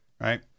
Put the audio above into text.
right